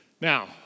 Now